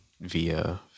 via